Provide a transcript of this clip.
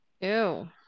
ew